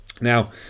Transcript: Now